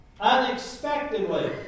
unexpectedly